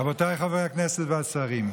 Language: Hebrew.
רבותיי חברי הכנסת והשרים,